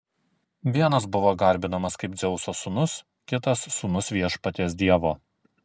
vienas buvo garbinamas kaip dzeuso sūnus kitas sūnus viešpaties dievo